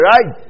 Right